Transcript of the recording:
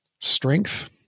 strength